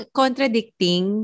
contradicting